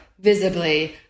visibly